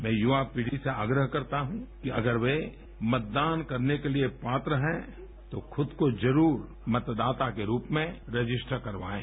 मैं युवा पीढ़ी से आग्रह करता हूँ कि अगर वे मतदान करने के लिए पात्र हैं तो खद को जरूर मतदाता के रूप में रजिस्टर करवाएँ